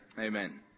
amen